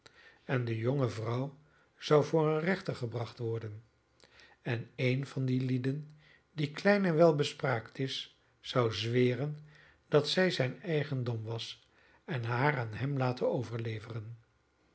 en de jonge vrouw zou voor een rechter gebracht worden en een van die lieden die klein en welbespraakt is zou zweren dat zij zijn eigendom was en haar aan hem laten overleveren